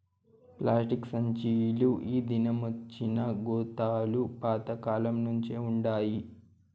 plastic సంచీలు ఈ దినమొచ్చినా గోతాలు పాత కాలంనుంచే వుండాయి